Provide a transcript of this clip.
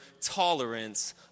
tolerance